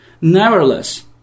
Nevertheless